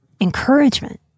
encouragement